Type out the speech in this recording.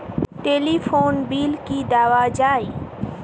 Telephone bill কি দেওয়া যায়?